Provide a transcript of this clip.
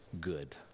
Good